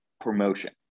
promotion